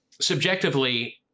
Subjectively